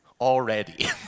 already